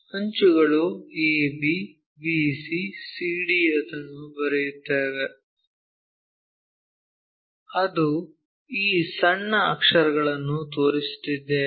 ಅಂಚುಗಳು ab bc cd ಅದನ್ನು ಬರೆಯುತ್ತೇವೆ ಅದು ಈ ಸಣ್ಣ ಅಕ್ಷರಗಳನ್ನು ತೋರಿಸುತ್ತಿದ್ದೇವೆ